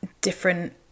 different